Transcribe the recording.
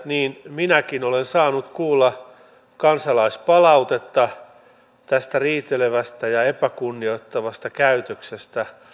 minäkin olen saanut kuulla kansalaispalautetta tästä riitelevästä ja epäkunnioittavasta käytöksestä